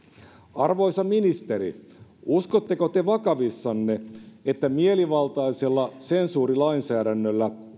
arvoisa ministeri uskotteko te vakavissanne että mielivaltaisella sensuurilainsäädännöllä